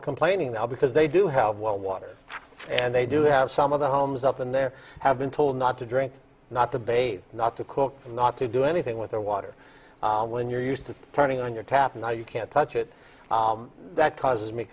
are complaining that because they do have water and they do have some of the homes up in there have been told not to drink not to bathe not to cook and not to do anything with their water when you're used to turning on your tap and now you can't touch it that causes me